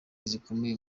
zikomeye